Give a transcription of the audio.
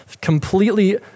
completely